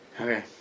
Okay